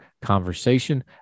conversation